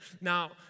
Now